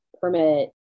permit